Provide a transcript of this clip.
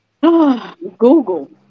google